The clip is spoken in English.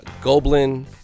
Goblin